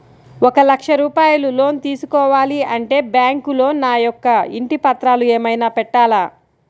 ఒక లక్ష రూపాయలు లోన్ తీసుకోవాలి అంటే బ్యాంకులో నా యొక్క ఇంటి పత్రాలు ఏమైనా పెట్టాలా?